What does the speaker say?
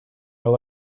will